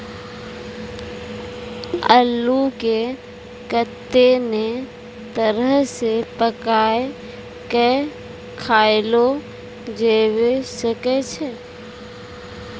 अल्लू के कत्ते नै तरह से पकाय कय खायलो जावै सकै छै